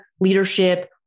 leadership